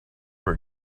were